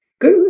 good